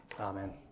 amen